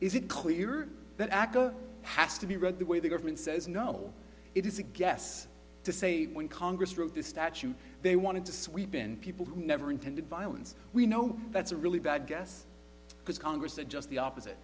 is it clear that aca has to be read the way the government says no it is a guess to say when congress wrote the statute they wanted to sweep in people who never intended violence we know that's a really bad guess because congress said just the opposite